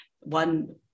one